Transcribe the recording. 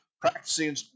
practicing